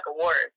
awards